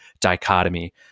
dichotomy